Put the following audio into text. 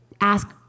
ask